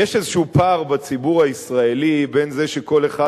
יש איזה פער בציבור הישראלי בין זה שכל אחד